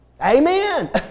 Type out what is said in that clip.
Amen